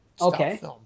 Okay